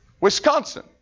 Wisconsin